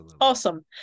awesome